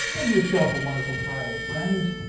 have yourself a wonderful friday, friends!